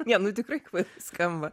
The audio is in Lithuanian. ne nu tikrai kvailai skamba